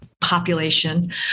population